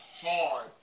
hard